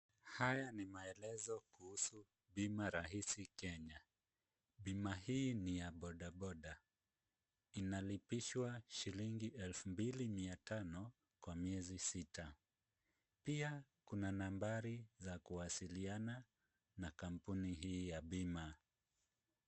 Haya ni maelezo kuhusu bima rahisi Kenya. Bima hii ni ya bodaboda, inalipishwa shilingi elfu mbili mia tano kwa miezi sita. Pia kuna nambari za kuwasiliana na kampuni hii ya bima.